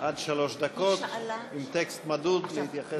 עד שלוש דקות, עם טקסט מדוד, להתייחס.